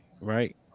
right